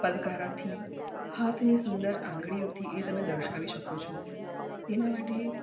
પલકારાથી હાથની સુંદર આંગળીઓથી એ તમે દર્શાવી શકો છો એના માટે